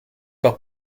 par